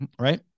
Right